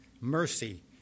mercy